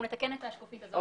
נתקן את השקף הזה,